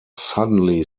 suddenly